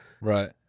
Right